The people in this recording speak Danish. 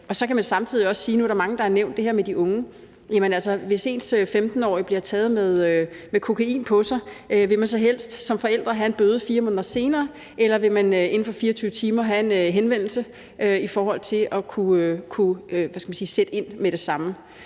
og så kan man sige: Hvis ens 15-årige bliver taget med kokain på sig, vil man så helst som forælder have en bøde 4 måneder senere, eller vil man inden for 24 timer have en henvendelse i forhold til at kunne sætte ind med det samme?